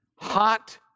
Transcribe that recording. hot